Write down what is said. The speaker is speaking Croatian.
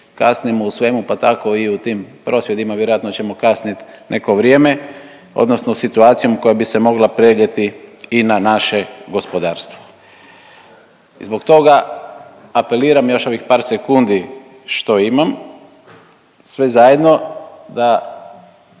kasnimo u svemu pa tako i u tim prosvjedima vjerojatno ćemo kasnit neko vrijeme odnosno situacijom koja bi se mogla prenijeti i na naše gospodarstvo. I zbog toga apeliram još ovih par sekundi što imam sve zajedno da